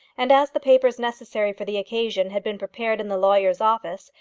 and as the papers necessary for the occasion had been prepared in the lawyer's office,